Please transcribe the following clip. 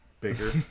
bigger